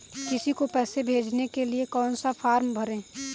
किसी को पैसे भेजने के लिए कौन सा फॉर्म भरें?